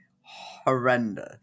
horrendous